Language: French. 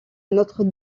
notre